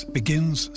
begins